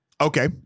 Okay